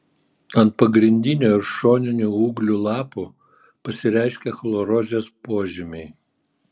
ant pagrindinio ir šoninių ūglių lapų pasireiškia chlorozės požymiai